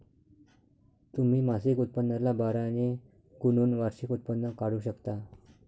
तुम्ही मासिक उत्पन्नाला बारा ने गुणून वार्षिक उत्पन्न काढू शकता